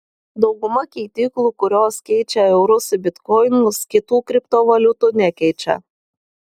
dauguma keityklų kurios keičia eurus į bitkoinus kitų kriptovaliutų nekeičia